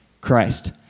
Christ